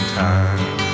time